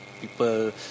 people